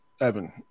Evan